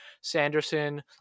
Sanderson